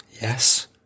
Yes